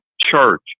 church